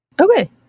Okay